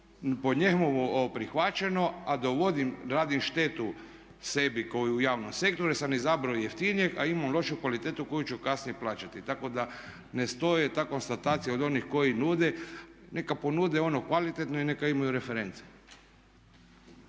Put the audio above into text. po njemu ovo prihvaćeno a dovodim, radim štetu sebi kao i u javnom sektoru jer sam izabrao jeftinijeg a imamo lošiju kvalitetu koju ću kasnije plaćati. Tako da ne stoji ta konstatacija od onih koji nude, neka ponude ono kvalitetno i neka imaju reference.